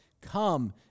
Come